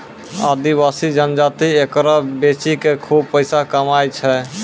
आदिवासी जनजाति एकरा बेची कॅ खूब पैसा कमाय छै